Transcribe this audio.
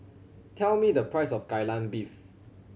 tell me the price of Kai Lan Beef